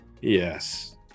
Yes